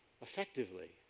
effectively